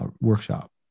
workshop